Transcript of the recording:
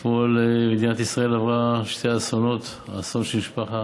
אתמול מדינת ישראל עברה שני אסונות: האסון של המשפחה